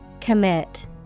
Commit